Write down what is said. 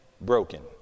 broken